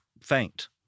faint